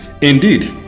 Indeed